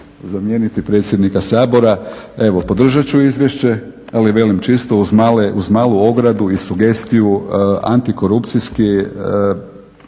zamijeniti predsjednika Sabora, evo, podržati ću Izvješće ali uz malu ogradu i sugestiju antikorupcijski.